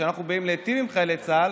כשאנחנו באים להיטיב עם חיילי צה"ל,